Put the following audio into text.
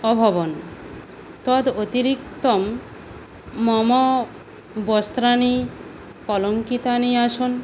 अभवन् तदतिरिक्तं मम वस्त्राणि कलङ्कितानि आसन्